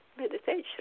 meditation